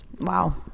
Wow